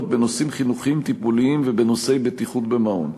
בנושאים חינוכיים טיפוליים ובנושאי בטיחות במעון.